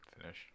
finish